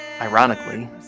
ironically